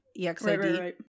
EXID